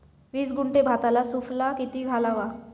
वीस गुंठे भाताला सुफला किती घालावा?